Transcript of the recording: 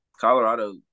Colorado